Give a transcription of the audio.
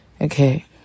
Okay